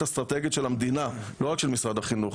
אסטרטגית של המדינה לא רק של משרד החינוך,